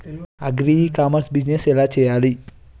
Agri e commerce business ఎలా చెయ్యాలి?